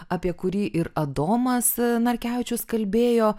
apie kurį ir adomas narkevičius kalbėjo